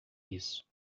isso